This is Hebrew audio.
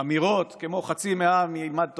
עם אמירות כמו: חצי מהעם ילמד תורה,